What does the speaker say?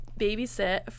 babysit